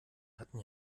hatten